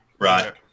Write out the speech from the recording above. right